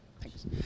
Thanks